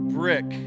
brick